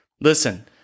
Listen